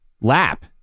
lap